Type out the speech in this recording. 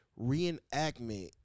reenactment